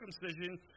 circumcision